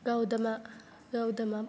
गौतमः गौतमः